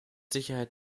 sicherheit